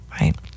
right